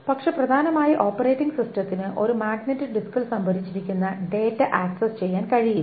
പക്ഷേ പ്രധാനമായി ഓപ്പറേറ്റിംഗ് സിസ്റ്റത്തിന് ഒരു മാഗ്നറ്റിക് ഡിസ്കിൽ സംഭരിച്ചിരിക്കുന്ന ഡാറ്റ ആക്സസ് ചെയ്യാൻ കഴിയില്ല